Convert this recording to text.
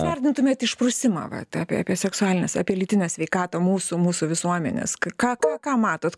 įvertintumėt išprusimą vat apie apie seksualines apie lytinę sveikatą mūsų mūsų visuomenės ką tokio matot